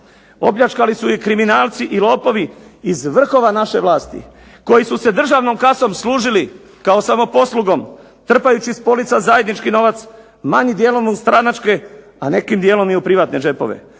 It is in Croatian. Opljačkali su je kriminalci i lopovi iz vrhova naše vlasti, koji su se državnom kasom služili kao samoposlugom, trpajući s polica zajednički novac manjima dijelom stranačke a nekim dijelom i u privatne džepove.